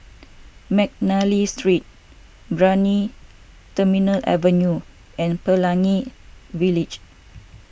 McNally Street Brani Terminal Avenue and Pelangi Village